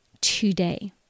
today